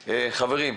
חברים,